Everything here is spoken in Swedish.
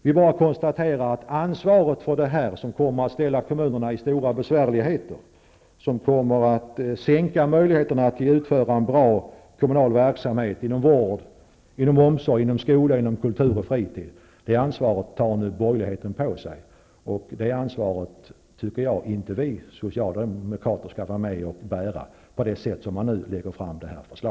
Vi bara konstaterar att ansvaret för detta förslag, som kommer att försätta kommunerna i stora besvärligheter och som kommer att minska möjligheterna att utföra en bra kommunal verksamhet inom vård, omsorg, skola, kultur och fritid, tar borgerligheten nu på sig. Det ansvaret anser jag att vi socialdemokrater inte skall vara med och bära.